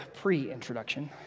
pre-introduction